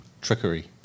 trickery